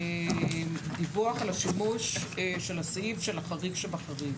דיווח על השימוש של הסעיף של החריג שבחריג.